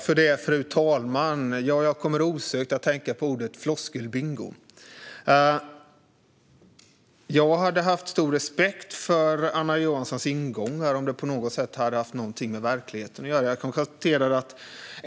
Fru talman! Jag kommer osökt att tänka på ordet floskelbingo. Jag hade haft stor respekt för Anna Johanssons ingång om den på något sätt hade haft någonting med verkligheten att göra.